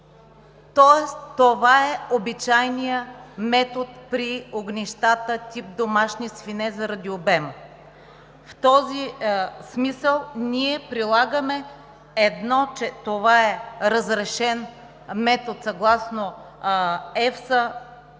Тоест това е обичайният метод при огнищата тип „домашни свине“ заради обема. В този смисъл ние прилагаме: едно, че това е разрешен метод съгласно EFSA